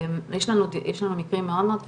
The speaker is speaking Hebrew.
יש לנו מקרים מאוד מאוד קשים,